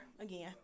again